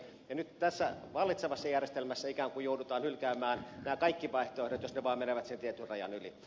ja nyt tässä vallitsevassa järjestelmässä ikään kuin joudutaan hylkäämään nämä kaikki vaihtoehdot jos ne vaan menevät sen tietyn rajan yli